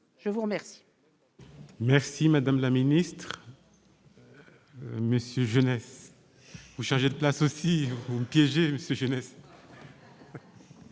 Je vous remercie,